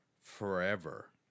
forever